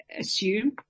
assume